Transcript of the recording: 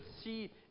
see